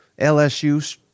LSU